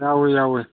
ꯌꯥꯎꯏ ꯌꯥꯎꯏ